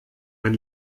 ein